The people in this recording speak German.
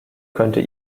könnte